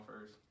first